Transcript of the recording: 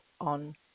on